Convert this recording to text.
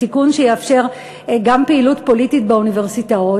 תיקון שיאפשר גם פעילות פוליטית באוניברסיטאות.